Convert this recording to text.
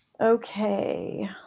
Okay